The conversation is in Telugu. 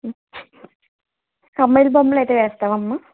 అమ్మాయిలు బొమ్మలు అయితే వేస్తావా అమ్మ